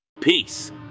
Peace